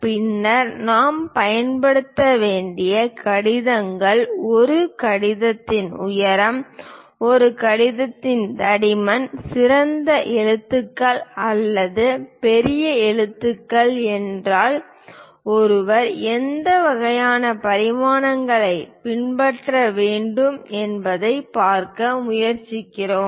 பின்னர் நாம் பயன்படுத்த வேண்டிய கடிதங்கள் ஒரு கடிதத்தின் உயரம் ஒரு கடிதத்தின் தடிமன் சிறிய எழுத்து அல்லது பெரிய எழுத்து என்றால் ஒருவர் எந்த வகையான பரிமாணங்களைப் பின்பற்ற வேண்டும் என்பதைப் பார்க்க முயற்சிக்கிறோம்